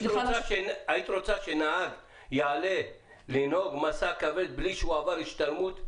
היית רוצה שנהג יעלה לנהוג משא כבד בלי שהוא עבר השתלמות?